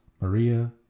Maria